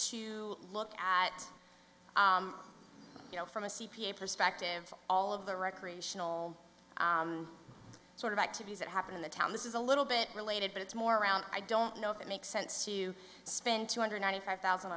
to look at you know from a c p a perspective all of the recreational sort of activities that happen in the town this is a little bit related but it's more around i don't know if it makes sense you spent two hundred ninety five thousand